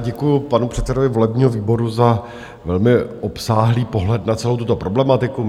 Děkuji panu předsedovi volebního výboru za velmi obsáhlý pohled na celou tuto problematiku.